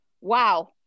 wow